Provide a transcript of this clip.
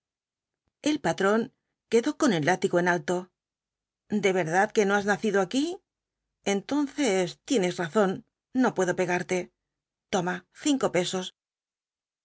el patrón quedó con el látigo en alto de verdad que no has nacido aquí entonces tienes razón no puedo pegarte toma cinco pesos